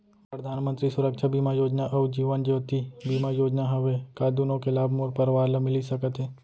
मोर परधानमंतरी सुरक्षा बीमा योजना अऊ जीवन ज्योति बीमा योजना हवे, का दूनो के लाभ मोर परवार ल मिलिस सकत हे?